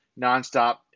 nonstop